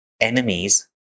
enemies